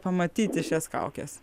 pamatyti šias kaukes